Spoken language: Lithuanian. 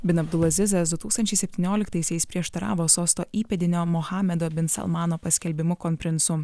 bin abilazizas du tūkstančiai septynioliktaisiais prieštaravo sosto įpėdinio muhamedo bin salmano paskelbimo kon princu